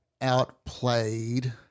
Outplayed